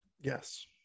Yes